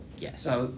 Yes